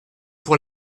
pour